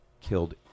killed